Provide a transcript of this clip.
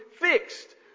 fixed